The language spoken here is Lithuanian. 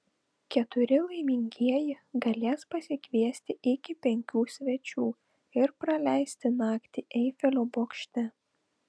keturi laimingieji galės pasikviesti iki penkių svečių ir praleisti naktį eifelio bokšte